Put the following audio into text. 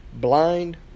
blind